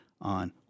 on